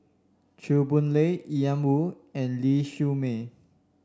Chew Boon Lay Ian Woo and Ling Siew May